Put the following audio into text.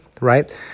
right